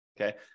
Okay